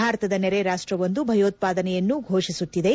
ಭಾರತದ ನೆರೆ ರಾಷ್ಟವೊಂದು ಭಯೋತ್ಪಾದನೆಯನ್ನು ಪೋಷಿಸುತ್ತಿದೆ